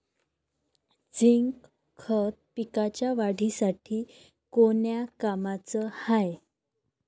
Zinc खत पिकाच्या वाढीसाठी कोन्या कामाचं हाये?